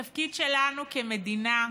התפקיד שלנו, כמדינה,